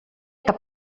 cap